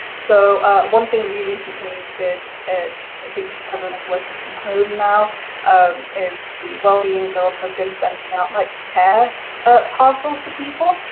so one thing we recently did is because everyone's working from home now um is the well-being guild has been sending out like care ah parcels to people,